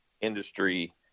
industry